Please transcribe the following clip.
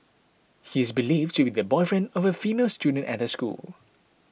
he is believed to be the boyfriend of a female student at the school